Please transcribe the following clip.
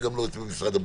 וגם לא אצל משרד הבריאות.